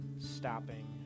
stopping